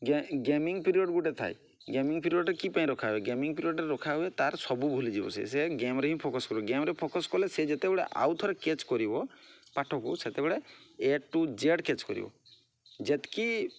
ଗେ gaming period ଗୋଟିଏ ଥାଏ ଗେମିଙ୍ଗ୍ ପିରିଅଡ଼୍ କି ପାଇଁ ରଖା ହୁଏ ଗେମିଙ୍ଗ୍ ପିରିଅଡ଼୍ରେ ରଖା ହୁଏ ତାର ସବୁ ଭୁଲିଯିବ ସେ ସେ ଗେମ୍ରେ ହିଁ ଫୋକସ୍ କରିବ ଗେମ୍ରେ ଫୋକସ୍ କଲେ ସେ ଯେତେବେଳେ ଆଉ ଥରେ କେଚ କରିବ ପାଠକୁ ସେତେବେଳେ ଏ ଟୁ ଜେଡ଼୍ କେଚ କରିବ ଯେତିକି